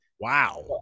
Wow